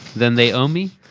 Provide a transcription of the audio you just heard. then they owe me!